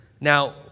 Now